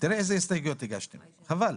תראה איזה הסתייגויות הגשתם, חבל.